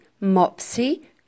Mopsy